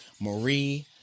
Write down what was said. Marie